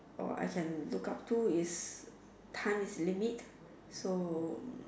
or I can look up to is time is limit so